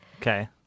okay